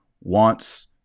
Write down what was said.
wants